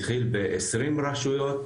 התחיל ב- 20 רשויות,